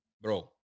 bro